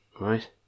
Right